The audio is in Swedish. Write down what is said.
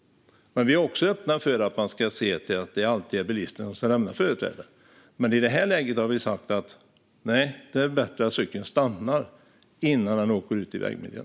Vi är också öppna för att man ska se till att det alltid är bilisten som ska lämna företräde, men i det här läget har vi sagt: Nej, det är bättre att cyklisten stannar innan han åker ut i vägmiljön.